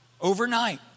overnight